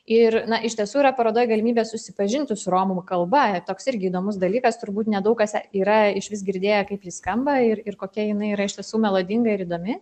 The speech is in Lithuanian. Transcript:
ir iš tiesų yra parodoj galimybė susipažinti su romų kalba toks irgi įdomus dalykas turbūt nedaug kas yra išvis girdėję kaip ji skamba ir ir kokia jinai yra iš tiesų melodinga ir įdomi